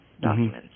documents